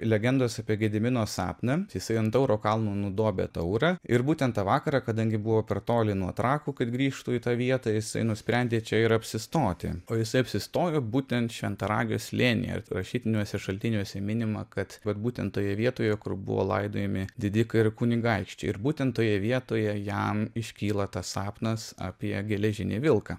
legendos apie gedimino sapną jisai ant tauro kalno nudobė taurą ir būtent tą vakarą kadangi buvo per toli nuo trakų kad grįžtų į tą vietą jisai nusprendė čia ir apsistoti o jisai apsistojo būtent šventaragio slėnyje ir rašytiniuose šaltiniuose minima kad vat būtent toje vietoje kur buvo laidojami didikai ir kunigaikščiai ir būtent toje vietoje jam iškyla tas sapnas apie geležinį vilką